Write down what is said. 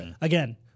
Again